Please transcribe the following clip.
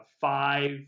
five